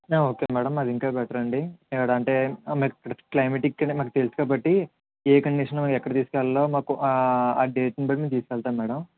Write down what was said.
okay madam అది ఇంకా better అండి ఎక్కడ అంటే మీకు క్లైమేట్ ఇక్కడ మాకు తెలుసు కాబట్టి ఏ కండిషన్లో ఎక్కడ తీసుకెళ్ళాలో మాకు ఆ డేట్ని బట్టి మేము తీసుకెళ్తాను మ్యాడమ్